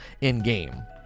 in-game